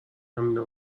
همینو